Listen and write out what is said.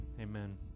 amen